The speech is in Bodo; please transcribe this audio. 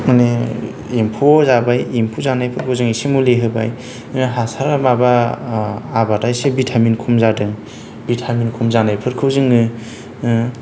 माने एमफौ जाबाय एमफौ जानायफोरखौ जों एसे मुलि होबाय बे हासारा माबा आबादा एसे भिटामिन खम जादों भिटामिन खम जानायफोरखौ जोङो